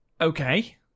Okay